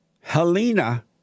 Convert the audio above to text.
Helena